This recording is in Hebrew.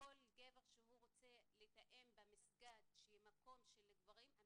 כל גבר שרוצה לתאם במסגד מקום של גברים,